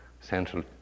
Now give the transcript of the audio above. central